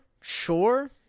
Sure